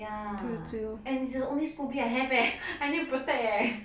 ya and it's the only scoby have leh I need to protect eh